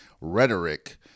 rhetoric